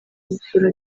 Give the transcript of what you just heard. gusura